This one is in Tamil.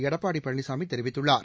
எடப்பாடி பழனிசாமி தெரிவித்துள்ளார்